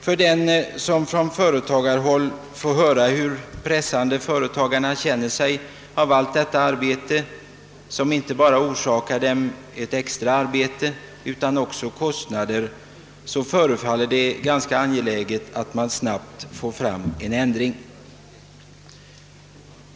För den som från företagarhåll får höra, hur pressade företagarna känner sig av allt detta arbete, som inte bara orsakar dem extra besvär, utan också kostnader, förefaller det angeläget att en ändring snart kommer till stånd.